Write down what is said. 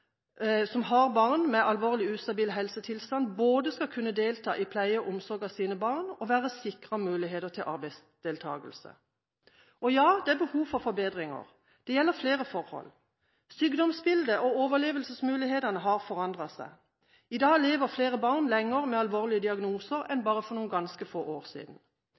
som har barn med alvorlig, ustabil helsetilstand, både skal kunne delta i pleie og omsorg av sine barn og være sikret muligheter til arbeidsdeltakelse. Ja, det er behov for forbedringer. Det gjelder flere forhold: Sykdomsbildet og overlevelsesmulighetene har endret seg. I dag lever flere barn lenger med alvorlige diagnoser enn for bare noen ganske få år siden.